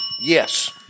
Yes